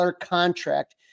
contract